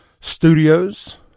Studios